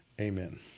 Amen